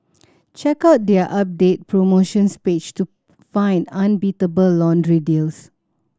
check out their updated promotions page to find unbeatable laundry deals